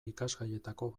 ikasgaietako